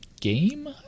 game